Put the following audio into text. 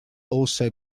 also